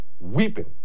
Weeping